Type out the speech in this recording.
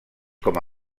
com